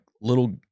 little